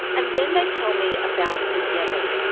and then they tell me about the devil.